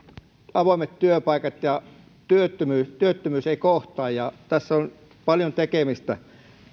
avoimet työpaikat ja työttömyys eivät kohtaa tässä on paljon tekemistä